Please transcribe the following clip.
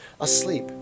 asleep